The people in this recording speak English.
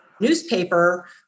newspaper